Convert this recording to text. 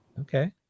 okay